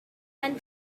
and